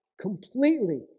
completely